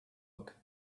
book